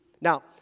Now